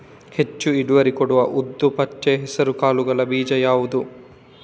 ಹೆಚ್ಚು ಇಳುವರಿ ಕೊಡುವ ಉದ್ದು, ಪಚ್ಚೆ ಹೆಸರು ಕಾಳುಗಳ ಬೀಜ ಯಾವುದು?